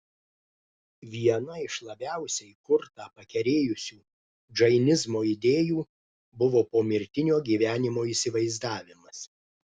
viena iš labiausiai kurtą pakerėjusių džainizmo idėjų buvo pomirtinio gyvenimo įsivaizdavimas